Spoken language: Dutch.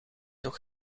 nog